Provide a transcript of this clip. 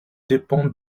dépendent